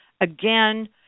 Again